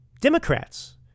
Democrats